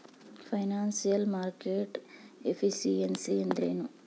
Financial market efficiency ಅಂದ್ರೇನು?